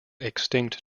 extinct